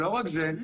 לא רק זה,